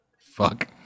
Fuck